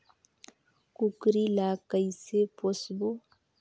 कूकरी ला कइसे पोसबो?